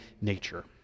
nature